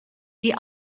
die